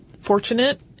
fortunate